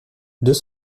deux